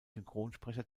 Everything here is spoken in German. synchronsprecher